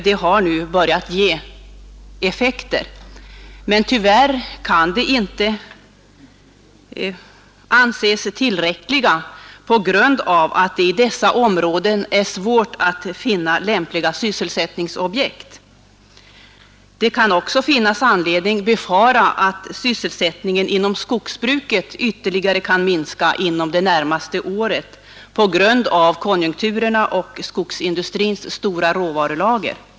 De har nu börjat ge effekter. Men på grund av att det i dessa områden är svårt att finna lämpliga sysselsättningsobjekt kan de tyvärr inte anses tillräckliga. Det kan också finnas anledning befara att sysselsättningen inom skogsbruket ytterligare kan minska inom det närmaste året på grund av konjunkturerna och skogsindustrins stora råvarulager.